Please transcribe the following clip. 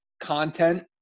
content